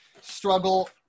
struggle